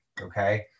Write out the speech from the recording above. Okay